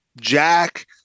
jack